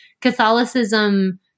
Catholicism